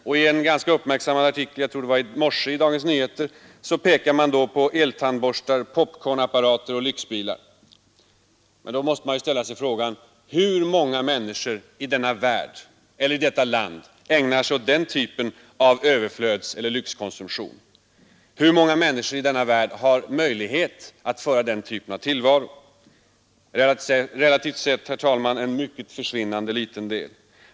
I en ganska uppmärksammad artikel i morse i Dagens Nyheter pekar man på eltandborstar, popcornapparater och lyxbilar. Man måste ställa sig frågan: Hur många människor i vårt land ägnar sig åt sådan lyxkonsumtion? Hur många människor i världen har möjlighet till denna typ av tillvaro? Svaret är: relativt sett en försvinnande liten del.